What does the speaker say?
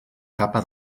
capa